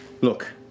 Look